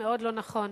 מאוד לא נכון.